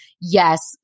Yes